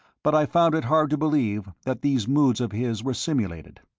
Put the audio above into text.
but i found it hard to believe that these moods of his were simulated.